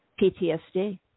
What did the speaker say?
PTSD